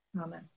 Amen